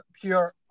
pure